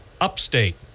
upstate